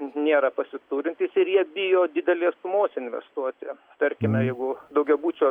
nėra pasiturintys ir jie bijo didelės sumos investuoti tarkime jeigu daugiabučio